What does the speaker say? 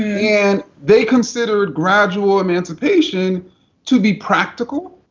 and they considered gradual emancipation to be practical.